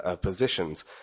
positions